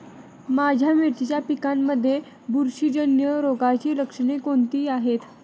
माझ्या मिरचीच्या पिकांमध्ये बुरशीजन्य रोगाची लक्षणे कोणती आहेत?